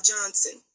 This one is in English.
Johnson